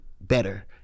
better